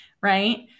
Right